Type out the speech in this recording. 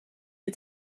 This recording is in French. des